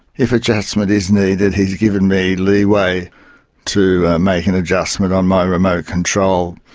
if adjustment is needed he has given me leeway to make an adjustment on my remote control.